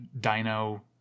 dino